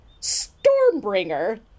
Stormbringer